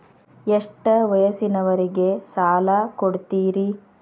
ಎಷ್ಟ ವಯಸ್ಸಿನವರಿಗೆ ಸಾಲ ಕೊಡ್ತಿರಿ?